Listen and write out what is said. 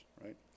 right